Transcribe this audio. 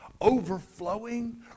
overflowing